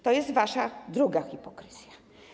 To jest wasza druga hipokryzja.